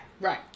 Right